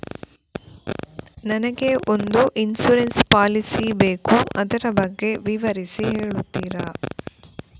ನನಗೆ ಒಂದು insurance policy ಬೇಕು ಅದರ ಬಗ್ಗೆ ವಿವರಿಸಿ ಹೇಳುತ್ತೀರಾ?